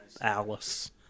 Alice